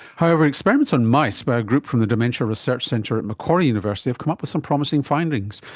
however, experiments on mice by a group from the dementia research centre at macquarie university have come up with some promising findings.